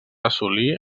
assolir